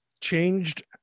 changed